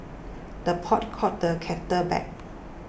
the pot calls the kettle black